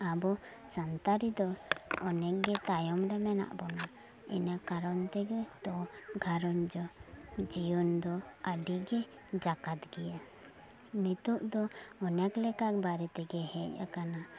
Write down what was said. ᱟᱵᱚ ᱥᱟᱱᱛᱟᱲᱤ ᱫᱚ ᱚᱱᱮᱠ ᱜᱮ ᱛᱟᱭᱚᱢ ᱨᱮ ᱢᱮᱱᱟᱜ ᱵᱚᱱᱟ ᱤᱱᱟᱹ ᱠᱟᱨᱚᱱ ᱛᱮᱜᱮ ᱫᱚ ᱜᱷᱟᱨᱚᱸᱡᱽ ᱫᱚ ᱡᱤᱭᱚᱱ ᱫᱚ ᱟᱹᱰᱤᱜᱮ ᱡᱟᱠᱟᱫᱽ ᱜᱮᱭᱟ ᱱᱤᱛᱚᱜ ᱫᱚ ᱚᱱᱮᱠ ᱞᱮᱠᱟᱜ ᱵᱟᱨᱮᱛᱮᱜᱮ ᱦᱮᱡ ᱟᱠᱟᱱᱟ